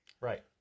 Right